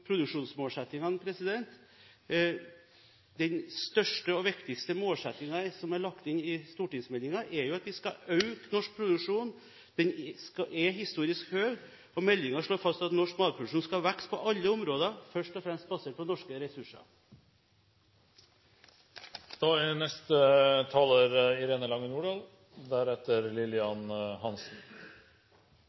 produksjonsmålsettingene: Den største og viktigste målsettingen som er lagt inn i stortingsmeldingen, er at vi skal øke norsk produksjon. Den er historisk høy, og meldingen slår fast at norsk matproduksjon skal vokse på alle områder – først og fremst basert på norske ressurser. Representanten Irene Lange